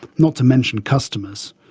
not to mention customers.